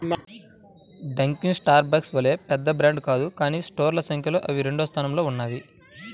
Dunkin Starbucks వలె పెద్ద brand కాదు కానీ స్టోర్ల సంఖ్యలో అవి రెండవ స్థానంలో ఉన్నాయి